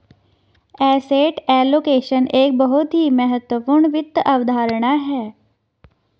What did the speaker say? asset allocation एक बहुत ही महत्वपूर्ण वित्त अवधारणा है